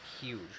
huge